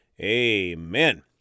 Amen